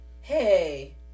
Hey